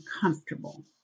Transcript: comfortable